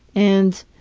and